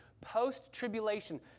post-tribulation